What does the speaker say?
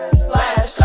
splash